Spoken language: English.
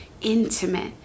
intimate